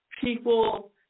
people